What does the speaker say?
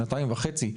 שנתיים וחצי.